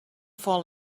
fall